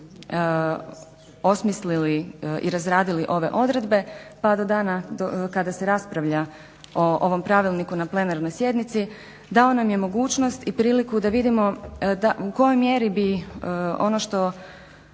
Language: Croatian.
osmislili i razradili ove odredbe pa do dana kada se raspravlja o ovom pravilniku na plenarnoj sjednici dao nam je mogućnost i priliku da vidimo u kojoj mjeri bi ono što